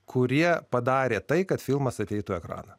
kurie padarė tai kad filmas ateitų į ekraną